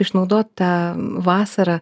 išnaudot tą vasarą